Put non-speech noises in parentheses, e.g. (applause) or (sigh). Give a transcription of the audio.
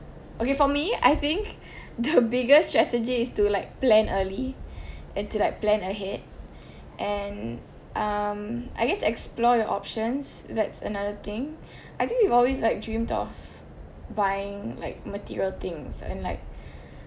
okay for me I think the biggest strategy is to like plan early (breath) and to like plan ahead and um I guess explore your options that's another thing I think we've always like dreamt of buying like material things and like